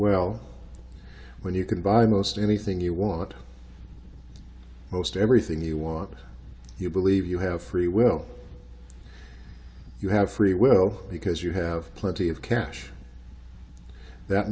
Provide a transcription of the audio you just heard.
well when you can buy most anything you want most everything you want you believe you have free will you have free will because you have plenty of cash that